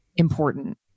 important